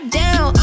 down